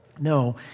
No